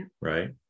Right